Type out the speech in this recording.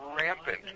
rampant